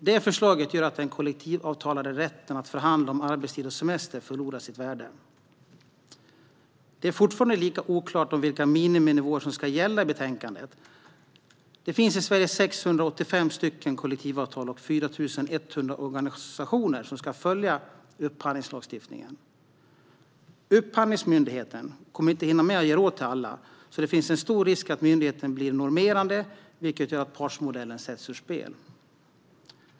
Det förslaget gör att den kollektivavtalade rätten att förhandla om arbetstid och semester förlorar sitt värde. Det är fortfarande lika oklart i betänkandet vilka miniminivåer som ska gälla. Det finns i Sverige 685 kollektivavtal och 4 100 organisationer som ska följa upphandlingslagstiftningen. Upphandlingsmyndigheten kommer inte att hinna med att ge råd till alla, så det finns en stor risk att myndigheten blir normerande, vilket gör att partsmodellen sätts ur spel.